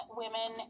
women